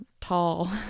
tall